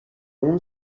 اون